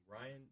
Ryan